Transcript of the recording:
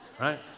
Right